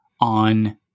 on